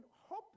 hope